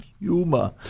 humor